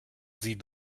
sie